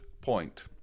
point